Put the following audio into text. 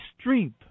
strength